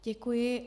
Děkuji.